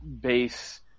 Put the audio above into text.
base